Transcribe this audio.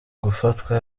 gufatwa